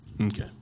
Okay